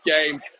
game